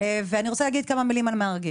ואני רוצה כמה מילים לומר על מרגי.